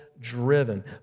driven